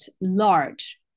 large